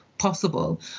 Possible